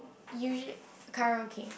usually karaoke